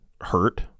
hurt